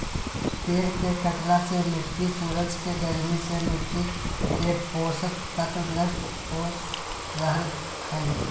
पेड़ के कटला से मिट्टी सूरज के गर्मी से मिट्टी के पोषक तत्व नष्ट हो रहल हई